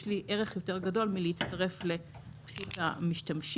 לי ערך יותר גדול מלהצטרף לבסיס המשתמשים.